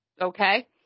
okay